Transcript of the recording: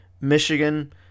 Michigan